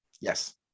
Yes